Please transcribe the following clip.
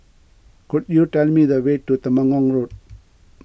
could you tell me the way to Temenggong Road